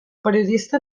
periodista